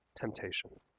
temptation